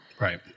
Right